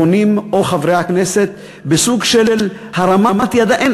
הפונים או חברי הכנסת, בסוג של הרמת ידיים.